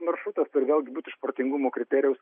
maršrutas turi vėlgi būt iš protingumo kriterijaus